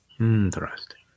interesting